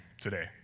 today